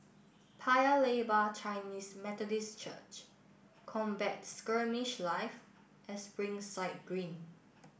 Paya Lebar Chinese Methodist Church Combat Skirmish Live and Springside Green